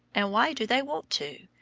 and why do they want to?